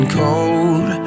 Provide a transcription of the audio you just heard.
cold